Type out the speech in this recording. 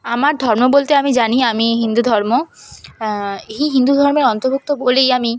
আমার ধর্ম বলতে আমি জানি আমি হিন্দু ধর্ম এই হিন্দু ধর্মে অন্তর্ভুক্ত বলেই আমি